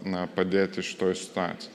na padėti šitoj situacijoj